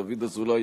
דוד אזולאי,